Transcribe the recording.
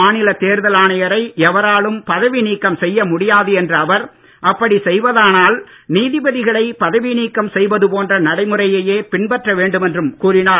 மாநில தேர்தல் ஆணையரை எவராலும் பதவி நீக்கம் செய்ய முடியாது என்ற அவர் அப்படி செய்வதானால் நீதிபதிகளை பதவி நீக்கம் செய்வது போன்ற நடைமுறையையே பின்பற்ற வேண்டும் என்றும் கூறினார்